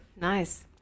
Nice